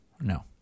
No